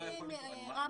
שומעים ורואים אותך.